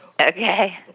Okay